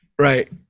Right